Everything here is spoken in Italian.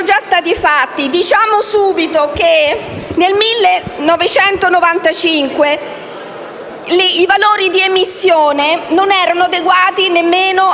già stati fatti. Diciamo subito che nel 1995 i valori di emissione non erano adeguati neanche